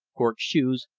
cork shoes,